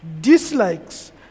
dislikes